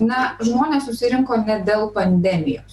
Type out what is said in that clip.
na žmonės susirinko ne dėl pandemijos